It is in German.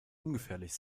ungefährlich